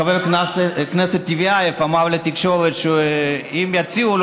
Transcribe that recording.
חבר הכנסת טיבייב אמר לתקשורת שאם יציעו לו